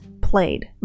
played